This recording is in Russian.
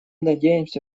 надеемся